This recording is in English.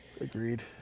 Agreed